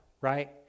right